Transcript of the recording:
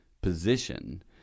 position